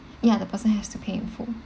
ya the person has to pay in full